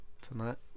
Tonight